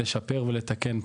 לשפר ולתקן.